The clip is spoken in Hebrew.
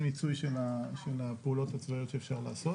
מיצוי של הפעולות הצבאיות שאפשר לעשות.